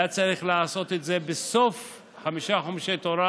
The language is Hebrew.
הוא היה צריך לעשות את זה בסוף חמישה חומשי תורה,